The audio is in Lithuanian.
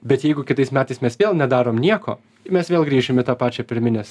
bet jeigu kitais metais mes vėl nedarom nieko i mes vėl grįšim į tą pačią pirmines